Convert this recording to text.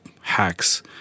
hacks